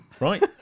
Right